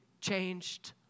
changed